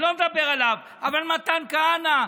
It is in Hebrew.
אלוף משנה מתן כהנא.